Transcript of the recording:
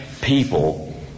people